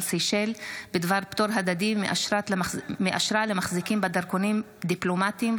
סיישל בדבר פטור הדדי מאשרה למחזיקים בדרכונים דיפלומטיים,